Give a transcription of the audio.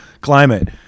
climate